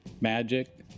magic